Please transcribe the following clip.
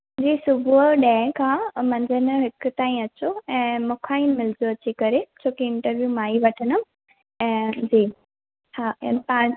जी सुबुहु ॾहें खां मंझंदि हिकु ताईं अचो ऐं मूंखा ई मिलिजो अची करे छो कि इंटरवियू मां ई वठंदमि ऐं जी हा